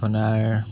আপোনাৰ